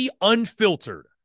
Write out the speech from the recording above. Unfiltered